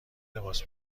لباس